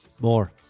More